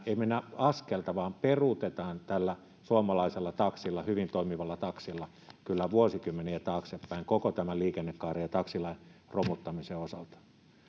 ei mennä askelta vaan peruutetaan tällä suomalaisella taksilla hyvin toimivalla taksilla kyllä vuosikymmeniä taaksepäin koko tämän liikennekaaren ja taksilain romuttamisen osalta